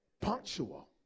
punctual